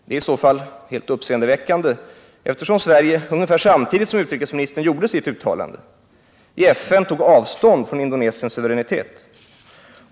Det är i så fall helt uppseendeväckande, eftersom Sverige, ungefär samtidigt som utrikesministern gjorde sitt uttalande, i FN tog avstånd från Indonesiens suveränitet.